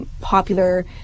popular